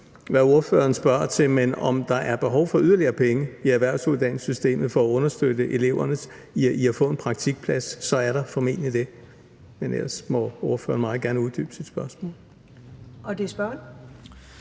hvad ordføreren spørger til, men hvis det er, om der er behov for yderligere penge i erhvervsuddannelsessystemet for at understøtte eleverne i at få en praktikplads, vil jeg sige, at der formentlig er det. Men ellers må ordføreren meget gerne uddybe sit spørgsmål. Kl. 14:49 Første